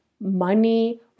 money